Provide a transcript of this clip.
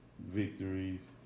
victories